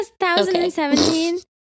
2017